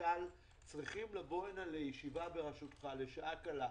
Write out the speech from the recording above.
והחשכ"ל צריכים לבוא הנה לישיבה בראשותך לשעה קלה.